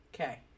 Okay